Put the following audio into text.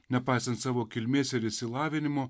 nepaisant savo kilmės ir išsilavinimo